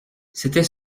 c’était